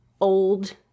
old